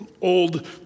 old